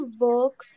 work